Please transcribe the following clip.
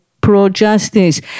pro-justice